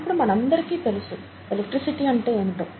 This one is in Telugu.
ఇప్పుడు మనందరికీ తెలుసు ఎలక్ట్రిసిటీ అంటే ఏమిటో